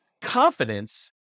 confidence